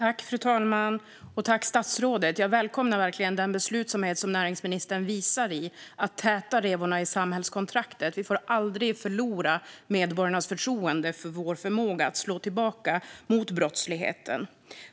Fru talman! Tack, statsrådet! Jag välkomnar verkligen den beslutsamhet som näringsministern visar i fråga om att täta revorna i samhällskontraktet. Vi får aldrig förlora medborgarnas förtroende för vår förmåga att slå tillbaka mot brottsligheten.